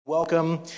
Welcome